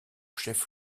chef